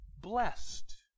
blessed